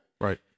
Right